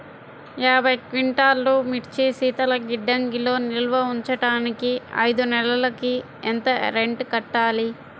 యాభై క్వింటాల్లు మిర్చి శీతల గిడ్డంగిలో నిల్వ ఉంచటానికి ఐదు నెలలకి ఎంత రెంట్ కట్టాలి?